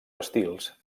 estils